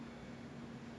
oh